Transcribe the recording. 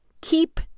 keep